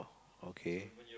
okay